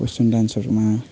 western डान्सहरूमा